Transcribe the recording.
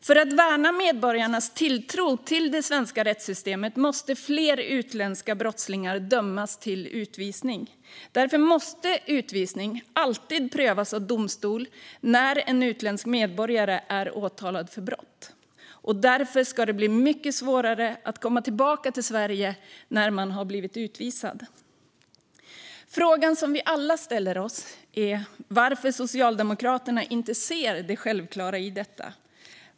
För att värna medborgarnas tilltro till det svenska rättssystemet måste fler utländska brottslingar dömas till utvisning. Därför måste utvisning alltid prövas av domstol när en utländsk medborgare är åtalad för brott. Och därför ska det bli mycket svårare att komma tillbaka till Sverige när man har blivit utvisad. Frågan som vi alla ställer oss är varför Socialdemokraterna inte ser det självklara i detta.